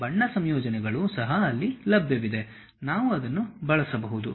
ಬಣ್ಣ ಸಂಯೋಜನೆಗಳು ಸಹ ಅಲ್ಲಿ ಲಭ್ಯವಿದೆ ನಾವು ಅದನ್ನು ಬಳಸಬಹುದು